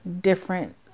different